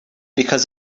because